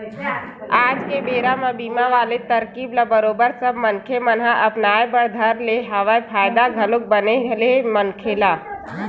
आज के बेरा म बीमा वाले तरकीब ल बरोबर सब मनखे मन ह अपनाय बर धर ले हवय फायदा घलोक बने हे मनखे ल